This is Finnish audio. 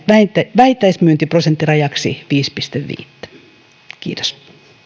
vähittäismyyntiprosenttirajaksi viittä pilkku viittä kiitos